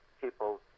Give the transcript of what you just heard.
people